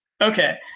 okay